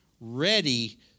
ready